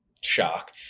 shock